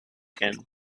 can